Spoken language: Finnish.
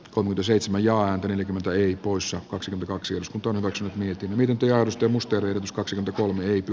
kohde seitsemän ja yli kymmentä yli puussa kaksi kaksi osku tors miettii miten työjaosto mustonen s kaksi nt on myyty